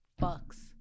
fucks